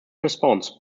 response